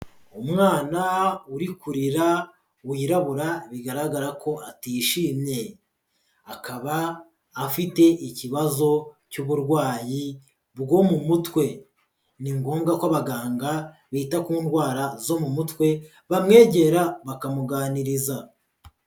Umwana uri kurira wirabura bigaragara ko atishimye, akaba afite ikibazo cy'uburwayi bwo mu mutwe, ni ngombwa ko abaganga bita ku ndwara zo mu mutwe, bamwegera bakamuganiriza.